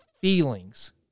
feelings